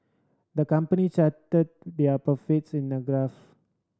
the company charted their profits in a graph